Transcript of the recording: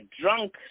drunk